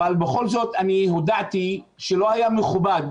אבל בכל זאת אני הודעתי שלא היה מכובד